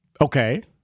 Okay